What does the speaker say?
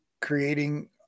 creating